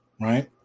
right